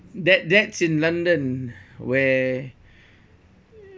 that that's in london where